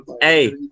hey